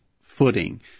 footing